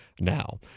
now